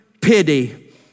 pity